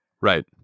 Right